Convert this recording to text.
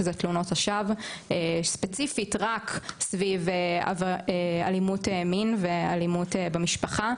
שזה תלונות השווא ספציפית רק סביב אלימות מין ואלימות במשפחה.